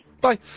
Bye